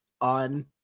on